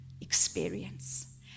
experience